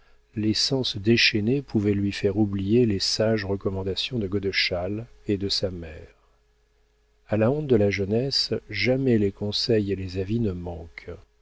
les sens déchaînés pouvaient lui faire oublier les sages recommandations de godeschal et de sa mère a la honte de la jeunesse jamais les conseils et les avis ne manquent